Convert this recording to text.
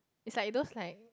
it's like those like